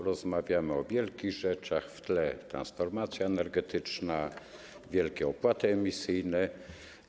Rozmawiamy o wielkich rzeczach, w tle transformacja energetyczna, wielkie opłaty emisyjne.